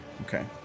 Okay